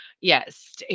yes